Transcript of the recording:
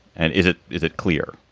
and is it. is it clear?